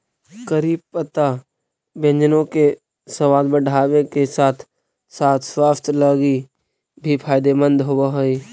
करी पत्ता व्यंजनों के सबाद बढ़ाबे के साथ साथ स्वास्थ्य लागी भी फायदेमंद होब हई